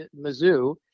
mizzou